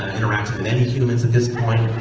interacting with any humans at this point.